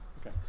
okay